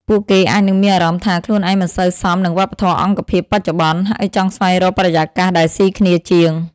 ពួកគេអាចនឹងមានអារម្មណ៍ថា ខ្លួនឯងមិនសូវសមនឹងវប្បធម៌អង្គភាពបច្ចុប្បន្ន ហើយចង់ស្វែងរកបរិយាកាសដែលស៊ីគ្នាជាង។